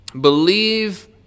Believe